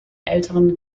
älteren